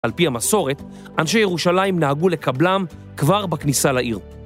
על פי המסורת, אנשי ירושלים נהגו לקבלם כבר בכניסה לעיר.